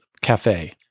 cafe